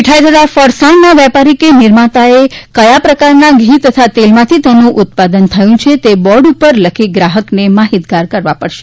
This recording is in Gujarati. મિઠાઇ તથા ફરસાણના વેપારી કે નિર્માતાએ કયા પ્રકારના ઘી તથા તેલમાંથી તેનું ઉત્પાદન થયું છે તે બોર્ડ ઉપર લખી ગ્રાહકને માહિતગાર કરવા પડશે